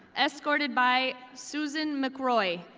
escorted by susan mcroy,